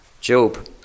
Job